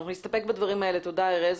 תודה ארז.